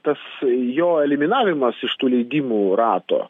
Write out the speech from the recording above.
tas jo eliminavimas iš tų leidimų rato